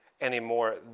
anymore